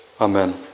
Amen